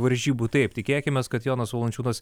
varžybų taip tikėkimės kad jonas valančiūnas